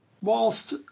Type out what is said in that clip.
whilst